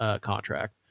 Contract